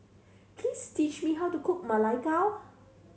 please teach me how to cook Ma Lai Gao